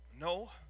No